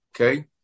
Okay